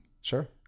sure